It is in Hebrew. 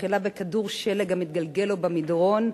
המתחילה בכדור שלג המתגלגל לו במדרון,